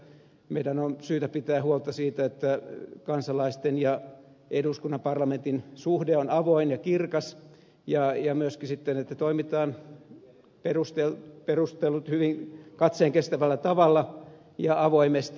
meidän on syytä pitää huolta siitä että kansalaisten ja eduskunnan parlamentin suhde on avoin ja kirkas ja myöskin että toimitaan hyvin katseen kestävällä tavalla ja avoimesti